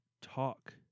talk